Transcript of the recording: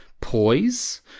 poise